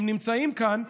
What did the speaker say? הם נמצאים כאן ואומרים: